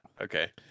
okay